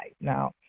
Now